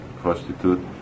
prostitute